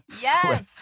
Yes